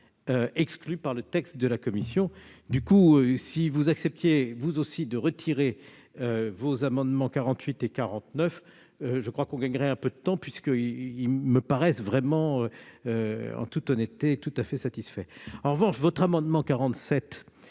exclu par le texte de la commission. Si vous acceptiez, vous aussi, de retirer les amendements n48 et 49, je crois qu'on gagnerait un peu de temps, puisqu'ils me paraissent tout à fait satisfaits. En revanche, votre amendement n°